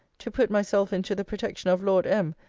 to put myself into the protection of lord m.